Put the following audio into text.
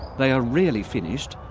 they are rarely finished,